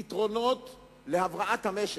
על פתרונות להבראת המשק,